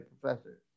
professor